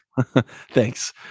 thanks